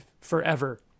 forever